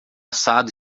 assado